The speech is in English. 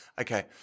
Okay